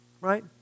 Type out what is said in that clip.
right